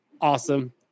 Awesome